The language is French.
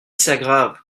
s’aggravent